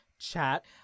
chat